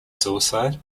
suicide